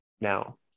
now